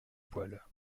poil